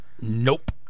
Nope